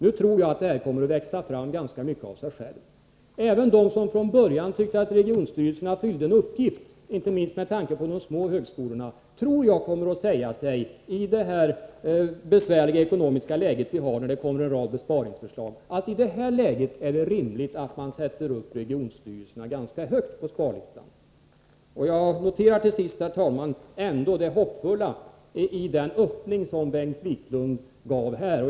Nu tror jag att detta kommer att växa fram mycket av sig självt. Även de som från början tyckte att regionstyrelserna fyllde en uppgift, inte minst med tanke på de små högskolorna, kommer enligt vad jag tror att —i det besvärliga ekonomiska läge som vi har, där en rad besparingsförslag framläggs — säga sig att det är rimligt att sätta upp regionstyrelserna ganska högt på sparlistan. Jag noterar till sist, herr talman, ändå det hoppfulla i den öppning som Bengt Wiklund gav här.